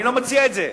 אני לא מציע את זה.